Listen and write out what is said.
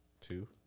Two